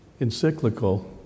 encyclical